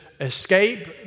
escape